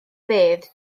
fedd